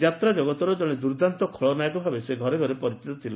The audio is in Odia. ଯାତ୍ରା ଜଗତର ଜଣେ ଦୁର୍ଦ୍ଦାନ୍ତ ଖଳନାୟକଭାବେ ସେ ଘରେ ଘରେ ପରିଚିତ ଥିଲେ